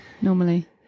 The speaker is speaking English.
normally